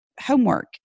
homework